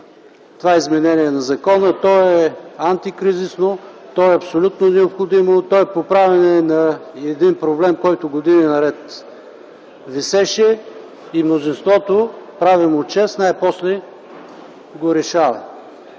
това изменение на закона. То е антикризисно, то е абсолютно необходимо, то е поправяне на един проблем, който години наред висеше. Мнозинството, прави му чест, най-после го решава.